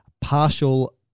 partial